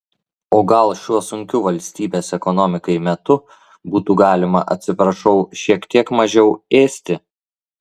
o gal šiuo sunkiu valstybės ekonomikai metu būtų galima atsiprašau šiek tiek mažiau ėsti